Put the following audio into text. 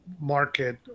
market